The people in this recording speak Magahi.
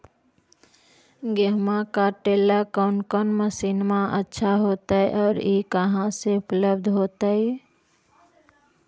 गेहुआ काटेला कौन मशीनमा अच्छा होतई और ई कहा से उपल्ब्ध होतई?